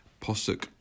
Posuk